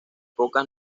pocas